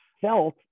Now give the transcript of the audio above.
felt